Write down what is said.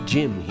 Jim